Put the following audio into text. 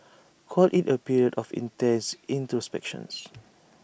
call IT A period of intense introspections